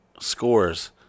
scores